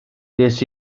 des